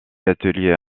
ateliers